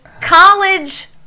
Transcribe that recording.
college